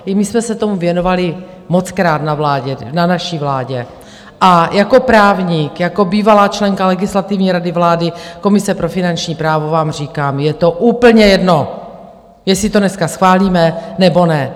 I my jsme se tomu věnovali mockrát na vládě, na naší vládě, a jako právník, jako bývalá členka Legislativní rady vlády, komise pro finanční právo, vám říkám, je to úplně jedno, jestli to dneska schválíme, nebo ne.